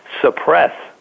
Suppress